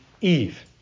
Eve